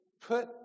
put